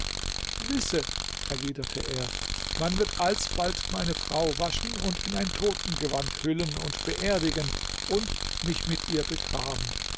wisse erwiderte er man wird alsbald meine frau waschen und in ein totengewand hüllen und beerdigen und mich mit ihr begraben